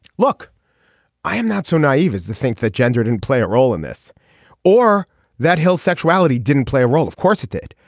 look i am not so naive as to think that gendered and play a role in this or that hill's sexuality didn't play a role. of course it did.